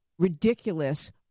ridiculous